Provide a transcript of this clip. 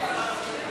להעביר